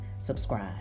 subscribe